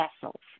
vessels